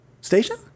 station